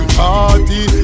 party